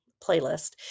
playlist